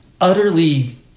Utterly